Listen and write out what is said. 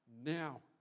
Now